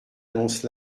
annonce